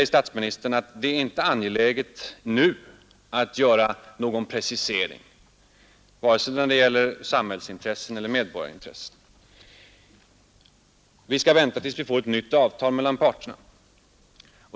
Statsministern säger här att det inte är angeläget att nu göra någon precisering av vad som menas med begreppen samhällsintressen och medborgarintressen; vi skall vänta med det till dess vi får ett nytt avtal mellan parterna.